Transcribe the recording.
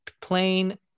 plain